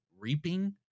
reaping